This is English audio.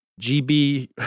gb